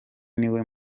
niwe